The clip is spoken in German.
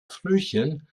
frühchen